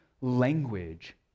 language